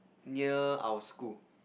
near our school